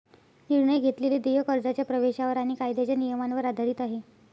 निर्णय घेतलेले देय कर्जाच्या प्रवेशावर आणि कायद्याच्या नियमांवर आधारित आहे